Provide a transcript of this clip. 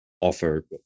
offer